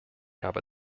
habe